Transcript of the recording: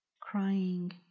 crying